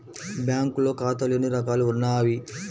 బ్యాంక్లో ఖాతాలు ఎన్ని రకాలు ఉన్నావి?